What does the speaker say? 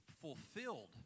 fulfilled